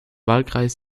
wahlkreis